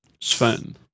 Sven